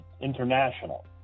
international